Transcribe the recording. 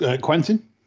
Quentin